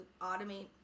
automate